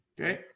Okay